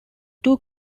two